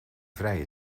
vrije